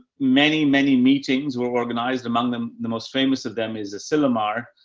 many, many meetings were organized among them. the most famous of them is asilomar.